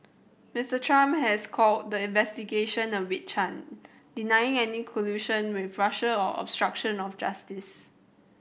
Mister Trump has called the investigation a witch hunt denying any collusion with Russia or obstruction of justice